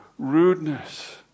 Rudeness